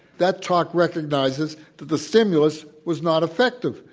that talk recognizes, that the stimulus was not effective.